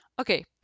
Okay